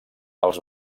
els